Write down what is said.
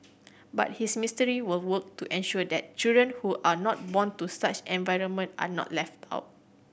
but his ministry will work to ensure that children who are not born to such environment are not left out